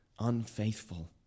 unfaithful